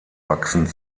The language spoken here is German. wachsend